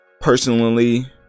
personally